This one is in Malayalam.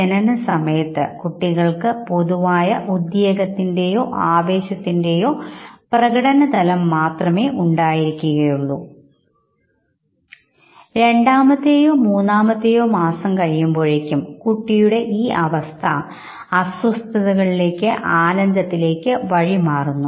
ജനനസമയത്ത് കുട്ടികൾക്ക് പൊതുവായ ഉദ്യേഗത്തിൻറെയോ ആവേശത്തിത്തിന്റേയോ പ്രകടനതലം മാത്രമേ ഉണ്ടായിരിക്കുകയുള്ളൂ രണ്ടാമത്തെയോ മൂന്നാമത്തെയോ മാസം കഴിയുമ്പോഴേക്കും കുട്ടിയുടെ ഈ അവസ്ഥ അസ്വസ്ഥതകളിലേക്ക് ആനന്ദത്തിലേക്ക് വഴിമാറുന്നു